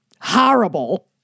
Horrible